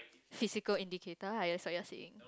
physical indicator lah what you're saying